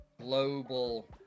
global